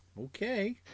Okay